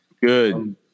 Good